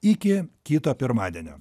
iki kito pirmadienio